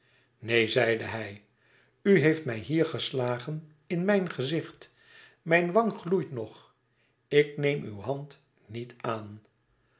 neen zeide hij u heeft mij hier geslagen in mijn gezicht mijn wang gloeit nog ik neem uw hand niet aan